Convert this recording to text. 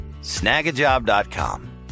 snagajob.com